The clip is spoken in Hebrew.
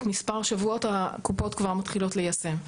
מספר שבועות הקופות כבר מתחילות ליישם.